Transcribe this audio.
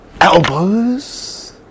elbows